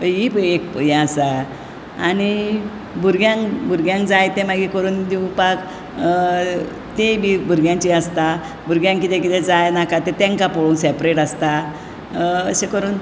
हे बी एक हे आसा आनी भुरग्यांक भुरग्यांक जाय तें मागीर करून दिवपाक ती बी भुरग्यांची आसता भुरग्यांक कितें कितें जाय नाका ते तेंका पळोवन सॅपरेट आसता अशें करून